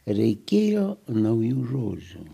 reikėjo naujų žodžių